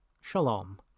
Shalom